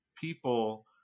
people